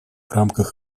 рамках